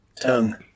Tongue